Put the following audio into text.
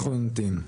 אנחנו נמתין.